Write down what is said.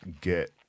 get